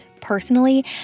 Personally